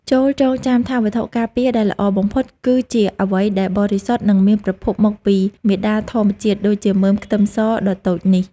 ចូរចងចាំថាវត្ថុការពារដែលល្អបំផុតគឺជាអ្វីដែលបរិសុទ្ធនិងមានប្រភពមកពីមាតាធម្មជាតិដូចជាមើមខ្ទឹមសដ៏តូចនេះ។